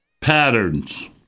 patterns